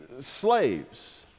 slaves